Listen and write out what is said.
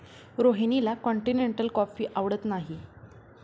रोहिणीला continental coffee आवडत नाही